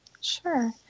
Sure